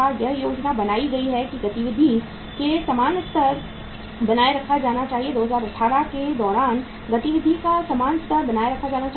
यह योजना बनाई गई है कि गतिविधि के समान स्तर बनाए रखा जाना चाहिए 2018 के दौरान गतिविधि का समान स्तर बनाए रखा जाना चाहिए